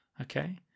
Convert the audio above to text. Okay